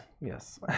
yes